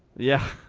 yeah.